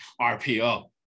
RPO